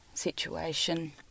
situation